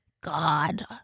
God